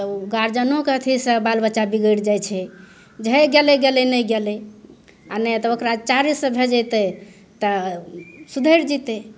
गार्जियनोके अथी से बाल बच्चा बिगिड़ जाइ छै जे हे गेलय गेलय नहि गेलय आओर नहि तऽ ओकरा चारि से भेजेतय तऽ सुधरि जेतय